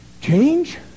change